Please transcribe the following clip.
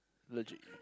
legit